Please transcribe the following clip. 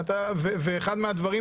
ואחד מהדברים,